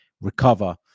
recover